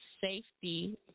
safety